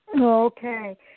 okay